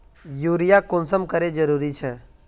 Urea कुंसम करे जरूरी छै?